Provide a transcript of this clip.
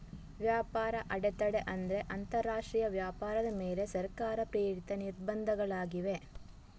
ವ್ಯಾಪಾರ ಅಡೆತಡೆ ಅಂದ್ರೆ ಅಂತರರಾಷ್ಟ್ರೀಯ ವ್ಯಾಪಾರದ ಮೇಲೆ ಸರ್ಕಾರ ಪ್ರೇರಿತ ನಿರ್ಬಂಧಗಳಾಗಿವೆ